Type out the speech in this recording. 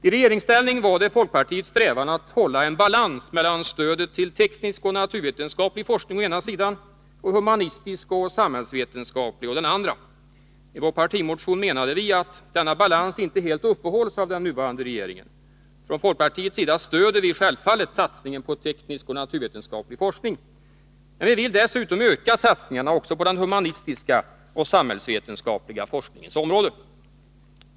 I regeringsställning var det folkpartiets strävan att hålla en balans mellan stödet till teknisk och naturvetenskaplig forskning å ena sidan och till humanistisk och samhällsvetenskaplig å den andra. Vi menade i vår partimotion att denna balans inte helt upprätthålls av den nuvarande regeringen. Från folkpartiets sida stöder vi självfallet satsningen på teknisk och naturvetenskaplig forskning. Men vi vill dessutom öka satsningarna också på den humanistiska och cen samhällsvetenskapliga forskningens område.